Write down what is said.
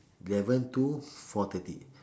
eleven to four thirty